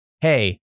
hey